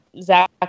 zach